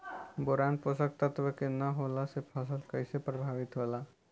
Boron पोषक तत्व के न होला से फसल कइसे प्रभावित होला?